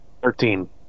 Thirteen